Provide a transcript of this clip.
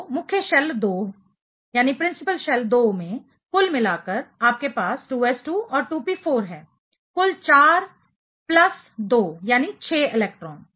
तो मुख्य शेल 2 में कुल मिलाकर आपके पास 2s2 और 2p4 है कुल 4 प्लस 2 6 इलेक्ट्रॉन